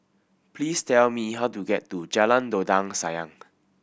please tell me how to get to Jalan Dondang Sayang